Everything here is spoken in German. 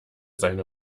seine